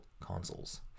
consoles